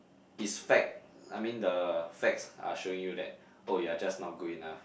is fact I mean the facts are showing you that oh you're just not good enough